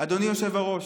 אדוני היושב-ראש,